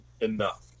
enough